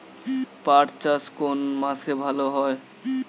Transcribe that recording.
পাট চাষ কোন মাসে ভালো হয়?